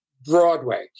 broadway